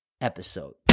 episode